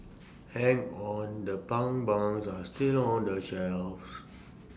hang on the pun buns are still on the shelves